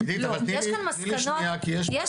עידית אבל תני לי שנייה -- לא,